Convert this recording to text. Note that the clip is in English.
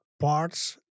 parts